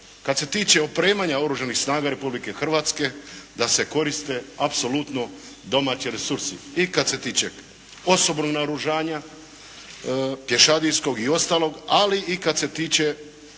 kad se tiče opremanja Oružanih snaga Republike Hrvatske, da se koriste apsolutno domaći resursi. I kad se tiče posebno naoružanja, pješadijskog i ostalog, ali i kad se tiče